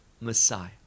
Messiah